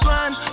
one